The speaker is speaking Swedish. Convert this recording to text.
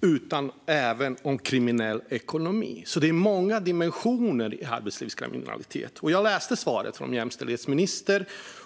utan även om kriminell ekonomi." Det är alltså många dimensioner inom arbetslivskriminaliteten. Jag har läst svaret från jämställdhetsministern.